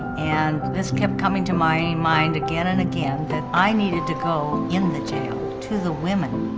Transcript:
and this kept coming to my mind again and again that i needed to go in the jail to the women.